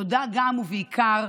תודה גם, ובעיקר,